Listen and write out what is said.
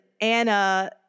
anna